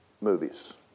movies